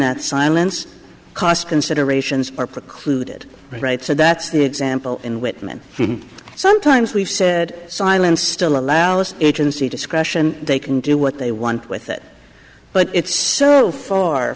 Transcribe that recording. that silence cost considerations are precluded right so that's the example in whitman sometimes we've said silence still allows agency discretion they can do what they want with it but it's s